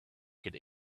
could